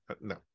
no